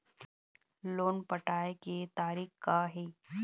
Loan पटाए के तारीख़ का हे?